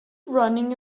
running